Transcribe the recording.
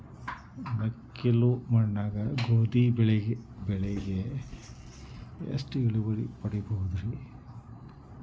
ಮೆಕ್ಕಲು ಮಣ್ಣಾಗ ಗೋಧಿ ಬೆಳಿಗೆ ಎಷ್ಟ ಇಳುವರಿ ಪಡಿಬಹುದ್ರಿ?